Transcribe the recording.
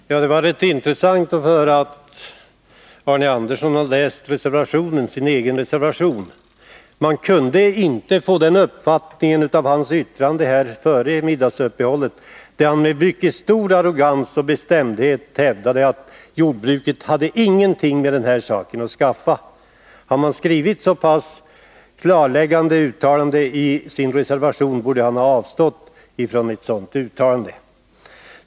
Herr talman! Det var rätt intressant att höra att Arne Andersson har läst sin egen reservation. Man kunde inte få den uppfattningen av hans yttrande före middagsuppehållet, då han med mycket stor arrogans och bestämdhet hävdade att jordbruket hade ingenting med den här saken att skaffa. Har man skrivit ett så pass klarläggande uttalande i sin reservation borde man avstå från sådana yttranden.